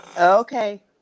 Okay